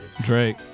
Drake